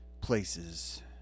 places